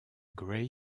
grace